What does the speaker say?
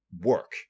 work